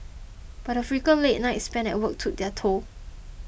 but the frequent late nights spent at work took their toll